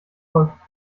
folgt